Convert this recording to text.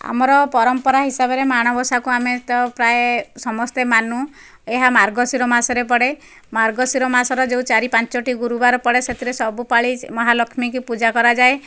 ଆମର ପରମ୍ପରା ହିସାବରେ ମାଣବସାକୁ ଆମେ ତ ପ୍ରାୟେ ସମସ୍ତେ ମାନୁ ଏହା ମାର୍ଗଶିର ମାସରେ ପଡ଼େ ମାର୍ଗଶିର ମାସରେ ଯେଉଁ ଚାରି ପାଞ୍ଚୋଟି ଗୁରୁବାର ପଡ଼େ ସେଥିରେ ସବୁ ପାଳି ମହାଲକ୍ଷ୍ମୀଙ୍କୁ ପୂଜା କରାଯାଏ